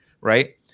Right